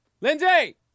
Lindsay